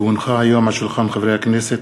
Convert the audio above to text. כי הונחו היום על שולחן הכנסת,